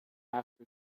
after